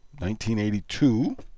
1982